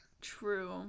True